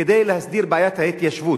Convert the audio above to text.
כדי להסדיר את בעיית ההתיישבות,